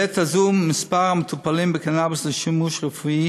בעת הזאת מספר המטופלים בקנאביס לשימוש רפואי